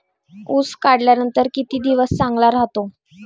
ऊस काढल्यानंतर किती दिवस चांगला राहतो?